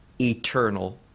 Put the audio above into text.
eternal